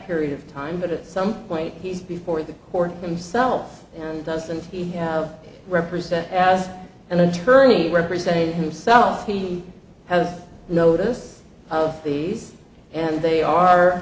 period of time but at some point he's before the court himself and doesn't he have represent as an attorney representing himself he has notice of these and they are